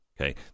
okay